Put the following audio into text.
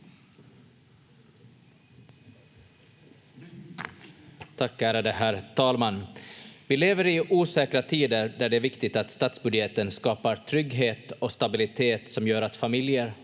Tack, ärade herr talman! Vi lever i osäkra tider där det är viktigt att statsbudgeten skapar trygghet och stabilitet som gör att familjer